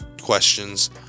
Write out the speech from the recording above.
questions